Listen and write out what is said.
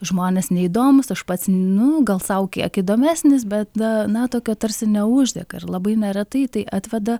žmonės neįdomūs aš pats nu gal sau kiek įdomesnis bet na na tokia tarsi neuždega labai neretai tai atveda